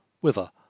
whither